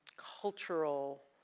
cultural,